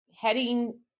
heading